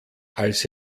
als